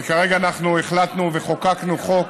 וכרגע החלטנו וחוקקנו חוק